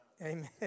Amen